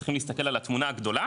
צריכים להסתכל על התמונה הגדולה,